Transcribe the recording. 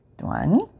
One